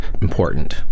important